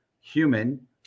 human